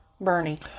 bernie